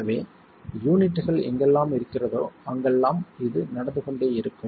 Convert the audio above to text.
எனவே யூனிட்கள் எங்கெல்லாம் இருக்கிறதோ அங்கெல்லாம் இது நடந்து கொண்டே இருக்கும்